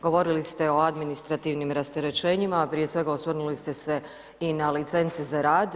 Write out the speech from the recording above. Govorili ste o administrativnim rasterećenjima, prije svega osvrnuli ste se i na licence za rad.